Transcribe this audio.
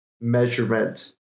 measurement